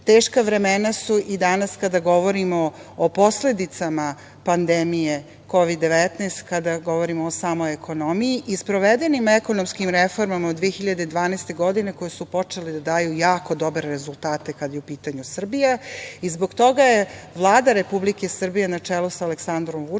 Teška vremena su i danas kada govorimo o posledicama pandemije Kovid-19, kada govorimo o samoj ekonomiji, i sprovedenim ekonomskim reformama od 2012. godine koje su počele da daju jako dobre rezultate kada je u pitanju Srbija. Zbog toga je Vlada Republike Srbije, na čelu sa Aleksandrom Vučićem,